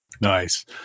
Nice